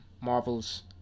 Marvel's